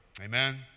Amen